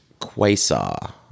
quasar